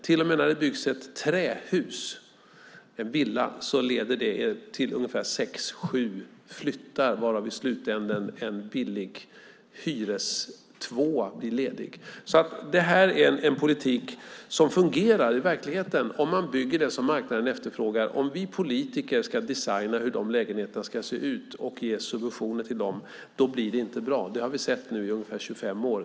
Till och med när det byggs ett trähus, en villa, leder det till ungefär sex sju flyttar, där i slutänden en billig hyrestvåa blir ledig. Det här är en politik som fungerar i verkligheten om man bygger det som marknaden efterfrågar. Om vi politiker ska designa hur de lägenheterna ska se ut och ge subventioner till dem blir det inte bra. Det har vi sett i ungefär 25 år.